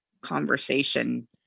conversation